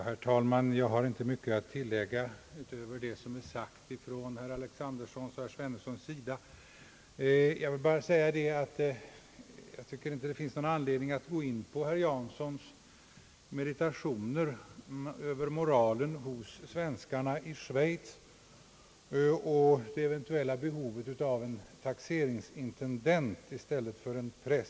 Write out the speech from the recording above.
Herr talman! Jag har inte mycket att tillägga utöver vad som är sagt i sak från herrar Alexandersons och Svenungssons sida. Det finns heller ingen anledning att gå in på herr Janssons meditationer över moralen hos svenskarna i Schweiz och det eventuella behovet av en taxeringsintendent där i stället för en präst. Ang.